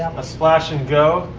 a splash and go.